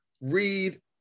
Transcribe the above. read